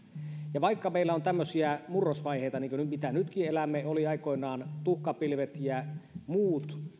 ja vaikka meillä on tämmöisiä murrosvaiheita kuin mitä nytkin elämme oli aikoinaan tuhkapilvet ja muut